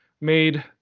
made